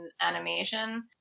animation